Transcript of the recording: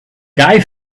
guy